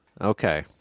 Okay